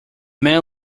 man